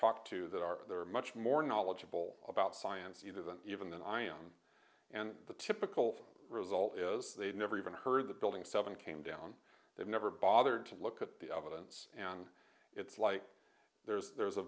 talked to that are there much more knowledgeable about science either than even than i am and the typical result is they've never even heard the building seven came down they've never bothered to look at the evidence and it's like there's there's a